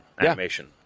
animation